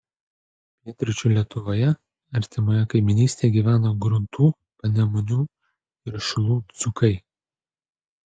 pietryčių lietuvoje artimoje kaimynystėje gyvena gruntų panemunių ir šilų dzūkai